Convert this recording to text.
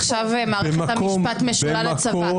עכשיו מערכת המשפט משולה לצבא.